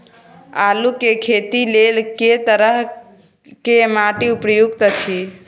आलू के खेती लेल के तरह के माटी उपयुक्त अछि?